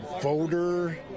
voter